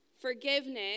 Forgiveness